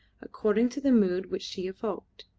according to the mood which she evoked.